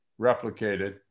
replicated